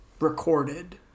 recorded